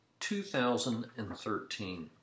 2013